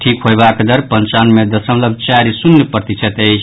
ठीक होयबाक दर पंचानवे दशमलव चारि शून्य प्रतिशत अछि